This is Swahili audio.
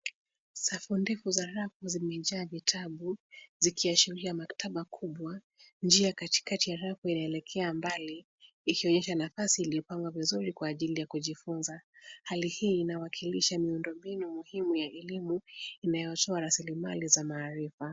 Safu ndefu za rafu zimejaa vitabu zikiashiria maktaba kubwa. Njia katikati ya rafu yaelekea mbali ikionyesha nafasi iliyopangwa vizuri kwa ajili ya kujifunza. Hali hii inawakilisha miundombinu muhimu ya elimu inayotoa raslimali za maarifa.